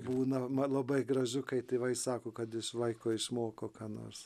būna man labai gražu kai tėvai sako kad iš vaiko išmoko ką nors